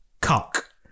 cock